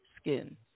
skin